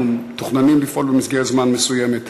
אנחנו מתוכננים לפעול במסגרת זמן מסוימת.